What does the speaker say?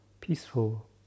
peaceful